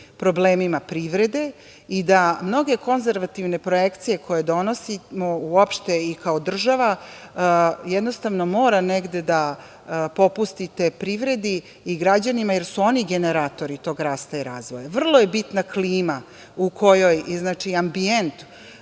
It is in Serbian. problemima privrede i da mnoge konzervativne projekcije koje donosimo uopšte i kao država, jednostavno morate negde da popustite privredi i građanima, jer su oni generatori tog rasta i razvoja. Vrlo je bitna klima i ambijent